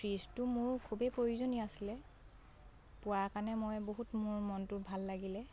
ফ্ৰীজটো মোৰ খুবেই প্ৰয়োজনীয় আছিলে পোৱাৰ কাৰণে মই বহুত মোৰ মনটো ভাল লাগিলে